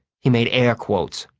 he made air quotes.